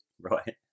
Right